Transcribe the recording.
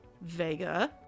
Vega